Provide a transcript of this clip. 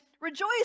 Rejoice